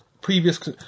previous